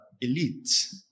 elite